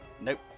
Nope